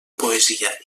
poesia